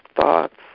thoughts